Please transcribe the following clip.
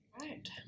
right